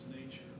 nature